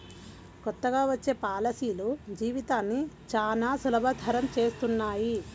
కొత్తగా వచ్చే పాలసీలు జీవితాన్ని చానా సులభతరం చేస్తున్నాయి